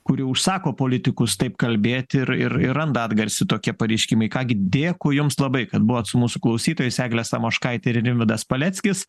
kuri užsako politikus taip kalbėt ir ir ir randa atgarsį tokie pareiškimai ką gi dėkui jums labai kad buvot su mūsų klausytojais eglė samoškaitė ir rimvydas paleckis